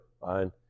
Fine